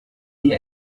die